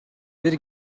бир